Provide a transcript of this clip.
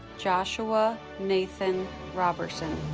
joshua nathan roberson